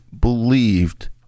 believed